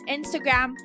Instagram